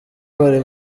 bari